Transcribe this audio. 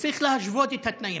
שצריך להשוות את התנאים.